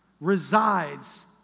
resides